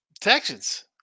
Texans